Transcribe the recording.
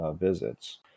visits